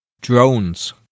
drones